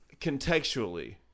Contextually